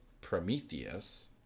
Prometheus